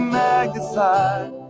magnified